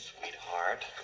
sweetheart